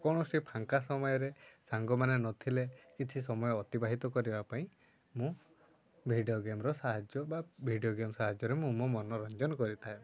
କୌଣସି ଫାଙ୍କା ସମୟରେ ସାଙ୍ଗମାନେ ନଥିଲେ କିଛି ସମୟ ଅତିବାହିତ କରିବା ପାଇଁ ମୁଁ ଭିଡ଼ିଓ ଗେମ୍ର ସାହାଯ୍ୟ ବା ଭିଡ଼ିଓ ଗେମ୍ ସାହାଯ୍ୟରେ ମୁଁ ମୋ ମନୋରଞ୍ଜନ କରିଥାଏ